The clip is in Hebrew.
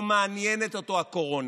לא מעניינת אותו הקורונה.